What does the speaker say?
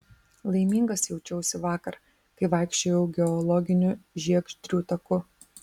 laimingas jaučiausi vakar kai vaikščiojau geologiniu žiegždrių taku